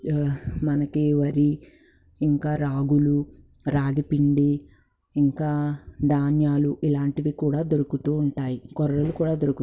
మనకి వరి ఇంకా రాగులు రాగి పిండి ఇంకా ధాన్యాలు ఇలాంటివి కూడా దొరుకుతూ ఉంటాయి కొర్రలు కూడా దొరుకుతాయి